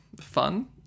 fun